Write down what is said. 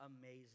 amazing